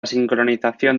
sincronización